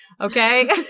Okay